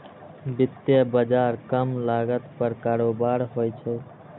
वित्तीय बाजार कम लागत पर कारोबार होइ छै